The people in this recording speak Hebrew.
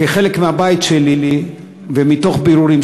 כחלק מהבית שלי ומתוך בירורים,